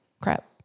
crap